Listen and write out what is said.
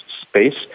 space